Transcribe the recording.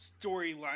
storyline